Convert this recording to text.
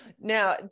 Now